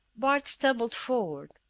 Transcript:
bart stumbled forward.